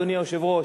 אדוני היושב-ראש.